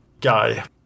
guy